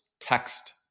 text